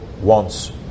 wants